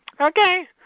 Okay